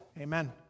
Amen